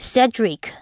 Cedric